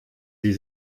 sie